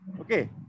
Okay